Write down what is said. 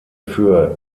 für